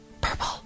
purple